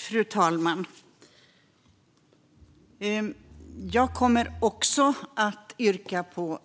Fru talman! Jag kommer också att yrka bifall